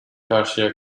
karşıya